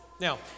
Now